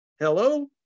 Hello